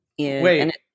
Wait